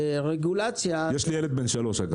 אגב, יש לי ילד בן שלוש.